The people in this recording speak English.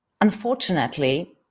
unfortunately